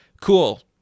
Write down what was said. cool